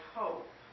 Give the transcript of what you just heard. hope